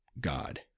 God